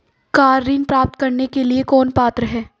Car ऋण प्राप्त करने के लिए कौन पात्र है?